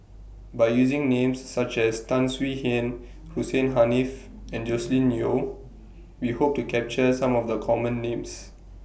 By using Names such as Tan Swie Hian Hussein Haniff and Joscelin Yeo We Hope to capture Some of The Common Names